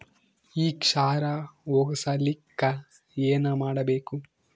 ಈ ಕ್ಷಾರ ಹೋಗಸಲಿಕ್ಕ ಏನ ಮಾಡಬೇಕು?